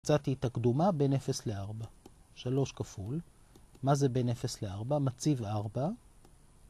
מצאתי את הקדומה בין 0 ל-4, 3 כפול, מה זה בין 0 ל-4? מציב 4.